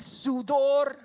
sudor